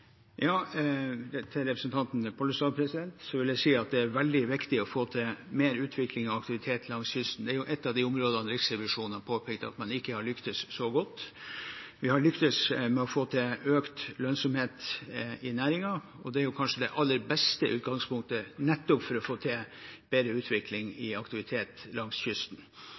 Til representanten Pollestad vil jeg si at det er veldig viktig å få til mer utvikling av aktivitet langs kysten. Det er jo et av de områdene Riksrevisjonen har påpekt at man ikke har lyktes så godt med. Men vi har lyktes med å få til økt lønnsomhet i næringen, og det er jo kanskje det aller beste utgangspunktet for å få til nettopp bedre utvikling i aktivitet langs kysten.